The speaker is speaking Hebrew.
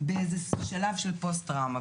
באיזשהו שלב של פוסט-טראומה.